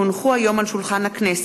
כי הונחו היום על שולחן הכנסת,